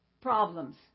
problems